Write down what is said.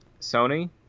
sony